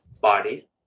body